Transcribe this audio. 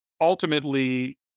ultimately